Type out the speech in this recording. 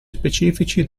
specifici